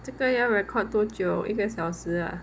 这个要 record 多久一个小时啊